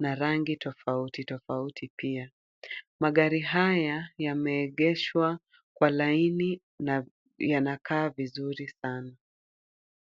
na rangi tofauti tofauti pia. Magari haya yameegeshwa kwa laini na yanakaa vizuri sana.